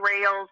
Rails